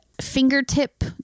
fingertip